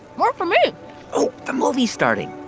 more for me ooh, the movie's starting